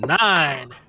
Nine